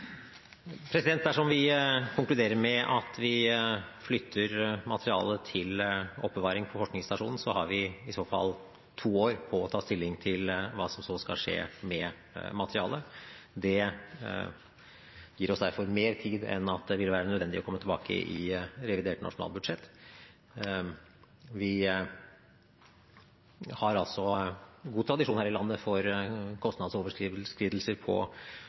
Dersom vi konkluderer med at vi flytter materialet til oppbevaring på forskningsstasjonen, har vi i så fall to år på å ta stilling til hva som så skal skje med materialet. Det gir oss derfor mer tid enn at det vil være nødvendig å komme tilbake i revidert nasjonalbudsjett. Vi har god tradisjon her i landet for kostnadsoverskridelser på